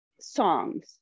songs